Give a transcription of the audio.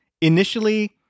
initially